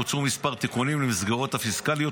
בוצעו מספר תיקונים למסגרות הפיסקליות